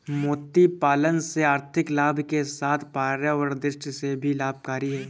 मोती पालन से आर्थिक लाभ के साथ पर्यावरण दृष्टि से भी लाभकरी है